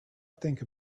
think